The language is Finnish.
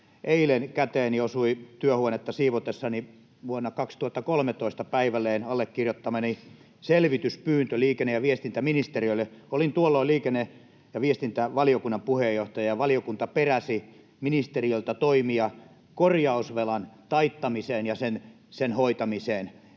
Eilen käteeni osui työhuonetta siivotessani vuonna 2013 allekirjoittamani selvityspyyntö liikenne‑ ja viestintäministeriölle. Olin tuolloin liikenne‑ ja viestintävaliokunnan puheenjohtaja, ja valiokunta peräsi ministeriöltä toimia korjausvelan taittamiseen ja sen hoitamiseen.